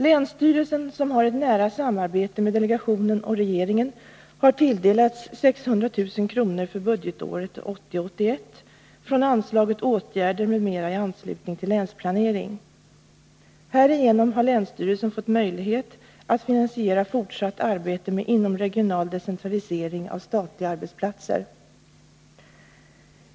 Länsstyrelsen, som har ett nära samarbete med delegationen och regeringen, har tilldelats 600 000 kr. för budgetåret 1980/81 från anslaget Åtgärder m.m. i anslutning till länsplanering. Härigenom har länsstyrelsen fått möjlighet att finansiera fortsatt arbete med inomregional decentralisering av statliga arbetsplatser.